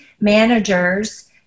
managers